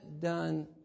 done